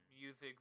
music